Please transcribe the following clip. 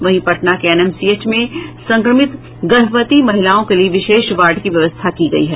वहीं पटना के एनएमसीएच में संक्रमित गर्भवती महिलओं के लिये विशेष वार्ड की व्यवस्था की गई है